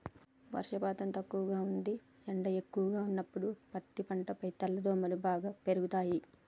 వర్షపాతం తక్కువగా ఉంది ఎండ ఎక్కువగా ఉన్నప్పుడు పత్తి పంటపై తెల్లదోమలు బాగా పెరుగుతయి